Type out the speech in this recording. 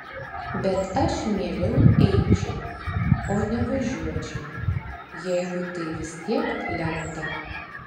bet aš mieliau eičiau o ne važiuočiau jeigu tai vis tiek lemta